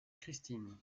christine